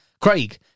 Craig